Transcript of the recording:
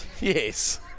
Yes